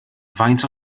faint